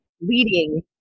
leading